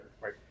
Right